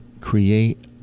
create